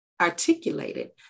articulated